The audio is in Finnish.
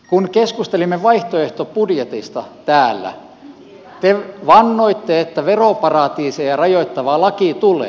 kun keskustelimme vaihtoehtobudjetista täällä te vannoitte että veroparatiiseja rajoittava laki tulee